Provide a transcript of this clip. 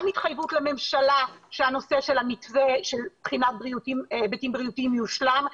גם התחייבות לממשלה שהנושא של המתווה של בחינת היבטים בריאותיים יושלם,